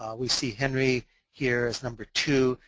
we see henry here as number two,